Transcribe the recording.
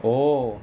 oh